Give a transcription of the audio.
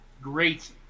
great